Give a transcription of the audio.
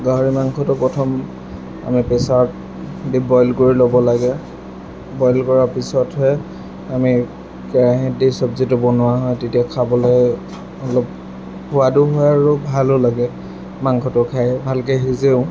গাহৰি মাংসটো প্ৰথম আমি প্ৰেছাৰত বইল কৰি ল'ব লাগে বইল কৰাৰ পিছতহে আমি কেৰাহিত দি চবজিটো বনোৱা হয় তেতিয়া খাবলৈ অলপ সোৱাদো হয় আৰু ভালো লাগে মাংসটো খাই ভালকৈ সিজেও